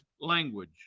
language